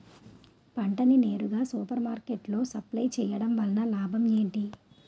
పంట ని నేరుగా సూపర్ మార్కెట్ లో సప్లై చేయటం వలన లాభం ఏంటి?